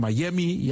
Miami